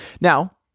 Now